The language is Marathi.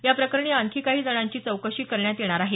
याप्रकरणी आणखी काही जणांची चौकशी करण्यात येणार आहे